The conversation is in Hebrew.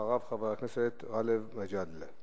אחריו, חבר הכנסת גאלב מג'אדלה.